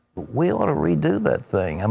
we want to redo that thing. um